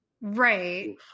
right